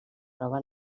prova